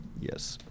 Yes